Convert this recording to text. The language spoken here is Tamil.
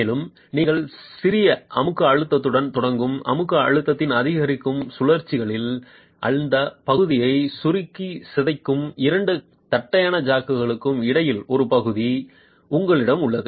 மேலும் நீங்கள் சிறிய அமுக்க அழுத்தத்துடன் தொடங்கும் அமுக்க அழுத்தத்தின் அதிகரிக்கும் சுழற்சிகளில் அந்த பகுதியை சுருக்கி சிதைக்கும் இரண்டு தட்டையான ஜாக்குகளுக்கு இடையில் ஒரு பகுதி உங்களிடம் உள்ளது